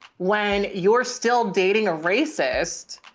when you're still dating a racist,